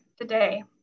today